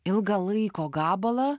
ilgą laiko gabalą